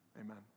amen